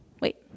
Wait